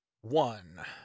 one